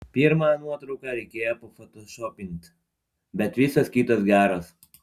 pirmą nuotrauką reikėjo pafotošopint bet visos kitos geros